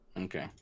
okay